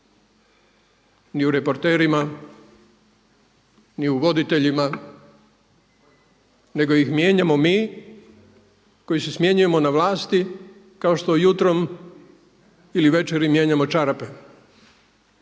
ni u reporterima, ni u voditeljima nego ih mijenjamo mi koji se smjenjujemo na vlasti kao što jutrom ili večeri mijenjamo čarape.